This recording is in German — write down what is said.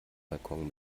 balkon